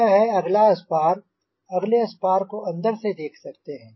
यह है अगला स्पार अगले स्पार को अंदर से देख सकते हैं